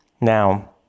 Now